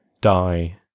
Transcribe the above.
die